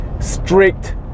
strict